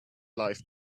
life